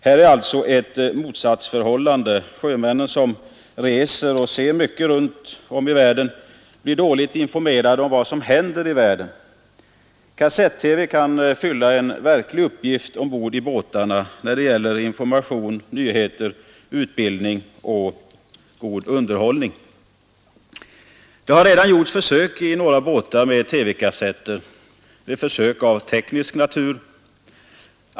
Här är alltså ett motsatsförhållande: sjömännen som reser och ser mycket runt om i världen blir dåligt informerade om vad som händer i världen. Kassett-TV kan fylla en verklig uppgift ombord i båtarna när det gäller information, nyheter, utbildning och god underhållning. Det har redan gjorts försök i några båtar med kassett-TV — försök av teknisk natur.